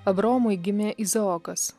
abraomui gimė izaokas